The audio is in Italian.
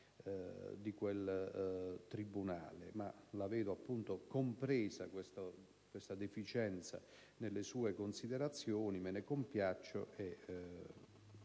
di quel tribunale. L'avevo appunto compresa questa deficienza nelle sue considerazioni, me ne compiaccio e